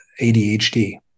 ADHD